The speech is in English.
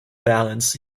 balance